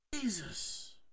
Jesus